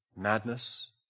madness